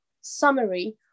summary